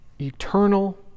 eternal